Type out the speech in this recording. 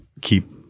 keep